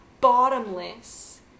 bottomless